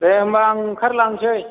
दे होम्बा आं ओंखारलांनोसै